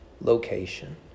location